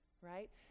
right